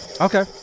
Okay